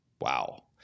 wow